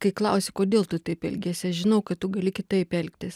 kai klausi kodėl tu taip elgiesi aš žinau kad tu gali kitaip elgtis